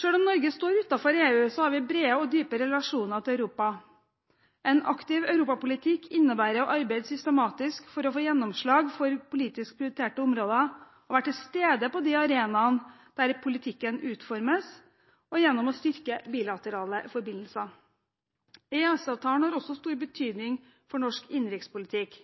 Selv om Norge står utenfor EU, har vi brede og dype relasjoner til Europa. En aktiv europapolitikk innebærer å arbeide systematisk for å få gjennomslag for politisk prioriterte områder og være til stede på de arenaene der politikken utformes, og gjennom å styrke bilaterale forbindelser. EØS-avtalen har også stor betydning for norsk innenrikspolitikk